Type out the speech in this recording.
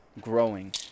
growing